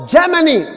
Germany